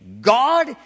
God